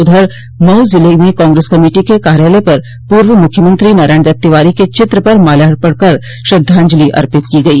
उधर मऊ ज़िले में कांग्रेस कमेटी के कार्यालय पर पूर्व मुख्यमंत्री नारायण दत्त तिवारी के चित्र पर माल्यार्पण कर श्रद्वांजलि अर्पित की गई